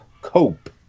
cope